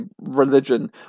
religion